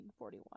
1941